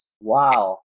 Wow